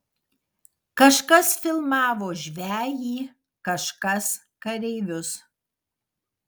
kažkas filmavo žvejį kažkas kareivius